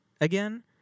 again